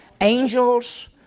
Angels